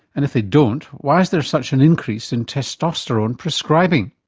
and if they don't, why is there such an increase in testosterone prescribing?